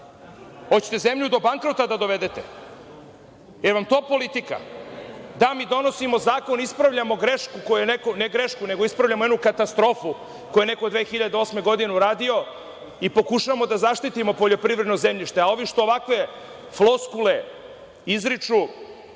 Hoćete zemlju do bankrota da dovedete? Da li vam je to politika? Da, donosimo zakon, ispravljamo grešku, ne grešku, nego ispravljamo jednu katastrofu koju je neko 2008. godine uradio i pokušavamo da zaštitimo poljoprivredno zemljište, a ovi što ovakve floskule izriču